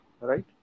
right